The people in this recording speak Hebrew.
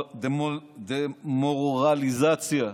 דה-מורליזציה,